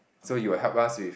so you'll help us with